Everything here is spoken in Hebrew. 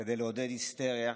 כדי לעודד היסטריה,